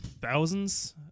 Thousands